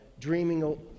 dreaming